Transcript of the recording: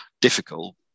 difficult